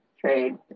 trade